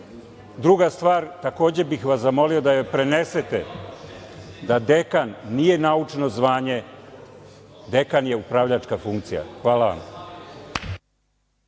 stvar, takođe bih vas zamolio da joj prenesete da dekan nije naučno zvanje, dekan je upravljačka funkcija. Hvala.